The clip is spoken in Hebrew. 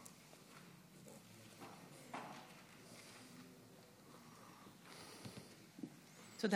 תודה